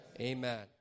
Amen